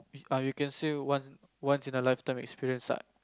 err you can say one once in a lifetime experience ah